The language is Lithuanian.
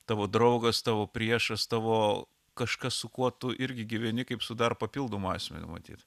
tavo draugas tavo priešas tavo kažkas su kuo tu irgi gyveni kaip su dar papildomu asmeniu matyt